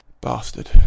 bastard